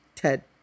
Ted